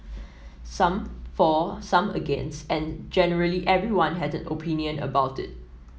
some for some against and generally everyone has a opinion about it